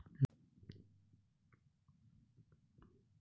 मले बचत खाते कसं खोलता येईन?